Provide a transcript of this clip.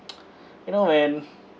you know when